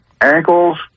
ankles